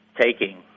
taking